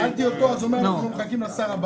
שאלתי, אז נאמר לי: אנחנו מחכים לשר הבא.